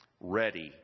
ready